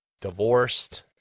divorced